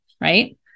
right